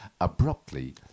abruptly